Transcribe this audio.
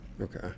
Okay